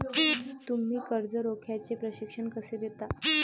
तुम्ही कर्ज रोख्याचे प्रशिक्षण कसे देता?